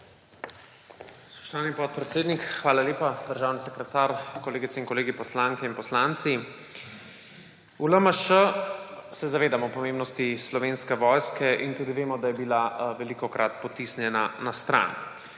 hvala lepa. Državni sekretar, kolegice in kolegi poslanke in poslanci! V LMŠ se zavedamo pomembnosti Slovenske vojske in tudi vemo, da je bila velikokrat potisnjena na stran.